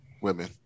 women